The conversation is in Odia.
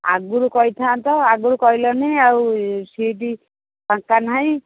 ଆଗରୁ କହିଥାନ୍ତ ଆଗରୁ କହିଲନି ଆଉ ସିଟ୍ ଟଙ୍କା ନାହିଁ